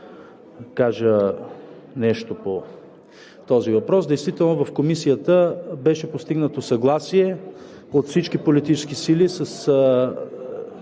кажа нещо по този въпрос. Действително в Комисията беше постигнато съгласие от всички политически сили с